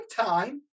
time